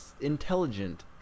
intelligent